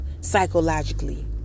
psychologically